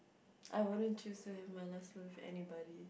I wouldn't choose to have my last meal with anybody